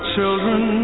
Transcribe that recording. children